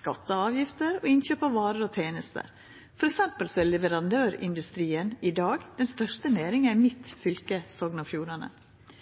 skattar og avgifter og innkjøp av varer og tenester. For eksempel er leverandørindustrien i dag den største næringa i